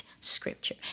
scripture